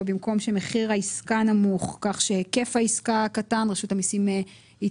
כך שבמקום "שמחיר העסקה נמוך" יבוא "שהיקף העסקה קטן" ו-(ב)